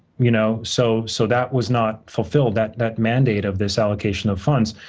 you know so so that was not fulfilled, that that mandate of this allocation of funds.